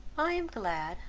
i am glad,